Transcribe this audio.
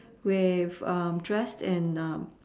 with dressed in the